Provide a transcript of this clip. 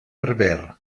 berber